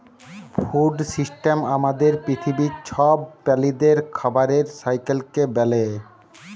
food system আমাদের পিথিবীর ছব প্রালিদের খাবারের সাইকেলকে ব্যলে